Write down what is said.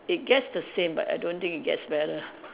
it get the same but I don't think it gets better